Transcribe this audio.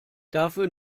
dafür